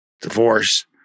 Divorce